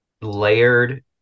layered